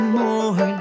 more